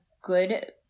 good